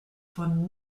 von